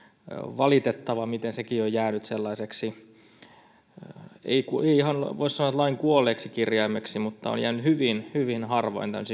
valitettavaa miten sekin on jäänyt sellaiseksi ei ihan voi sanoa että lain kuolleeksi kirjaimeksi tämmöisissä hyvin hyvin harvoissa